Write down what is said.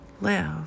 live